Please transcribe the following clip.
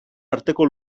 arteko